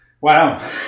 Wow